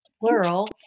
plural